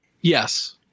Yes